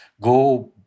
go